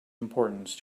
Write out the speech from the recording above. importance